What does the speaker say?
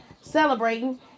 celebrating